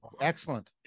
excellent